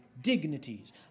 dignities